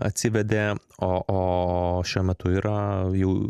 atsivedė o o šiuo metu yra jau